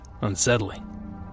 unsettling